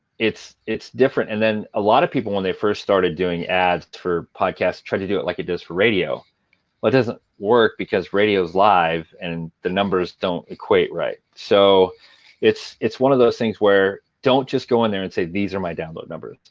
it's it's different. and then a lot of people, when they first started doing ads for podcasts, tried to do it like it does radio. but it doesn't work, because radio is live and and the numbers don't equate right. so it's it's one of those things where, don't just go in there and say these are my download numbers.